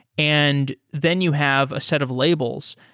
and then you have a set of labels.